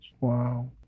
Wow